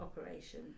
operation